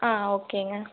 ஆ ஓகேங்க